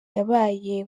yabaye